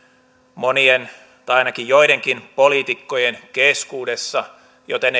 monien tai ainakin joidenkin poliitikkojen keskuudessa joten